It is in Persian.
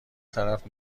طرف